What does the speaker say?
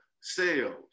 sales